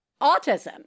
autism